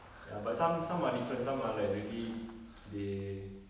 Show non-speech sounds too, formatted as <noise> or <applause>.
ya but some some are different some are like really <noise> they